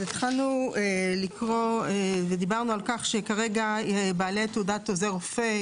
התחלנו לקרוא ודיברנו על כך שכרגע בעלי תעודת עוזר רופא,